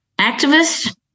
activists